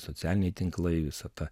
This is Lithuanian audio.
socialiniai tinklai visa ta